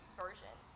version